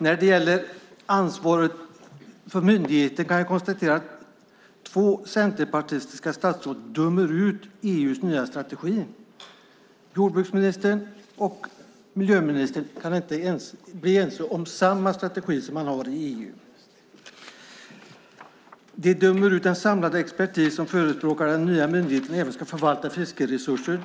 När det gäller ansvaret för myndigheten kan jag konstatera att två centerpartistiska statsråd dömer ut EU:s nya strategi. Varken jordbruksministern eller miljöministern är ense med EU om strategin. De dömer ut den samlade expertis som förespråkar att den nya myndigheten även ska förvalta fiskeresurser.